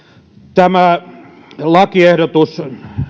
tämä lakiehdotus